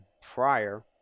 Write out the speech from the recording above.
prior